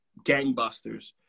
gangbusters